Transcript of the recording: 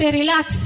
relax